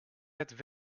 het